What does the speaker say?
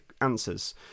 Answers